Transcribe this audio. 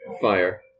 fire